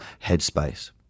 headspace